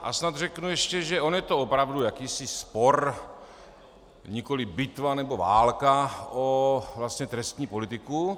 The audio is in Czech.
A snad řeknu ještě, že on je to opravdu jakýsi spor, nikoliv bitva nebo válka, o vlastně trestní politiku.